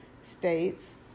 states